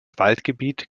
waldgebiet